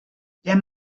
der